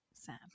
Sam